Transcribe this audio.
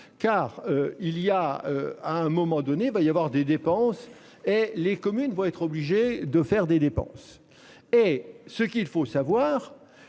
car il y a à un moment donné, il va y avoir des dépenses et les communes vont être obligés de faire des dépenses et ce qu'il faut savoir